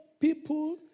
people